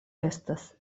estas